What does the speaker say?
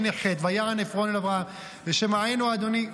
"בני חת" ויען עפרון את אברהם ושמענו אדוני.